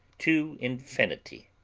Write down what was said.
to infinity.